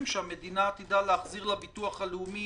שהמדינה קיבלה להחזיר לביטוח הלאומי